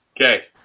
Okay